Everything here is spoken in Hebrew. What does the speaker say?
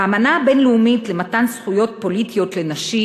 באמנה הבין-לאומית למתן זכויות פוליטיות לנשים